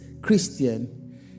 Christian